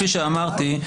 כפי שאמרתי,